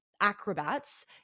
acrobats